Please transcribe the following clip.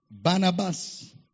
Barnabas